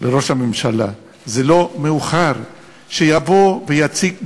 לראש הממשלה: זה לא מאוחר שיבוא ויציג ממשלה.